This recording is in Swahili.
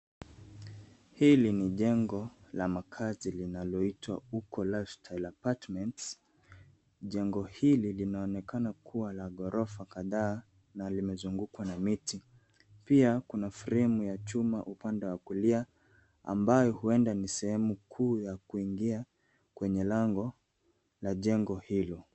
Hili ni jengo la makazi linaloitwa Uko Lifestyle Apartments. Jengo hili linaonekana kua la ghorofa kadhaa na limezungukwa na miti. Pia kuna fremu ya chuma upande wa kulia, ambayo huenda ni sehemu kuu la kuingia kwenye lango la jengo hilo.